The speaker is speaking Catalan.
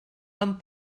amb